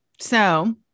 So-